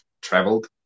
traveled